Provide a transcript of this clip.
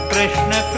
Krishna